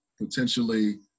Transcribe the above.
potentially